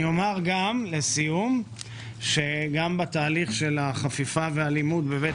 אומר לסיום שגם בתהליך החפיפה והלימוד בבית